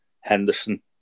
Henderson